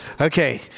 Okay